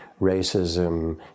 racism